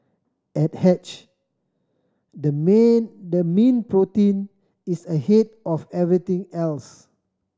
at Hatched the main the mean protein is ahead of everything else